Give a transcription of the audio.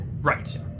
Right